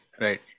Right